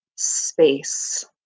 Space